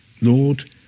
Lord